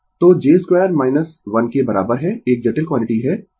Refer Slide Time 2323 तो j 2 1 के बराबर है एक जटिल क्वांटिटी है